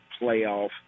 playoff